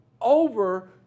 over